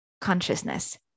consciousness